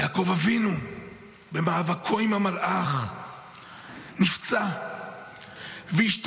יעקב אבינו במאבקו עם המלאך נפצע והשתקם,